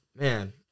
man –